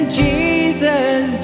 jesus